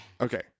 okay